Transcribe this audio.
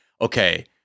okay